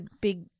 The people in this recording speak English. big